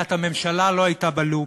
מליאת הממשלה לא הייתה בלופ,